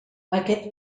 aquest